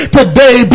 today